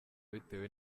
bitewe